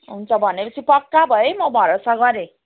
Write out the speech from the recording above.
हुन्छ भने पछि पक्का भएँ है म भरोसा गरेँ